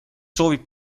soovib